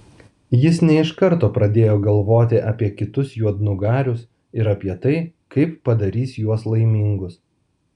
jis ne iš karto pradėjo galvoti apie kitus juodnugarius ir apie tai kaip padarys juos laimingus